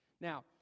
Now